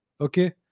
Okay